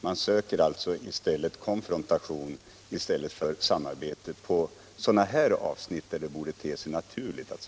Man söker alltså konfrontation i stället för samarbete även i sammanhang där ett samarbete borde te sig naturligt.